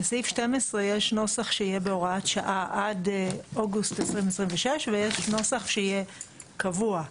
לסעיף 12 יש נוסח שיהיה בהוראת שעה עד אוגוסט 2026 ויש נוסח שיהיה קבוע.